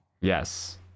Yes